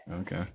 Okay